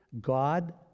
God